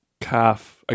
calf –